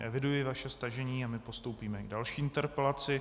Eviduji vaše stažení a my postoupíme k další interpelaci.